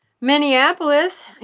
Minneapolis